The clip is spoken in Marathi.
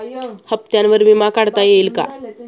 हप्त्यांवर विमा काढता येईल का?